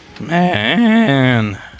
Man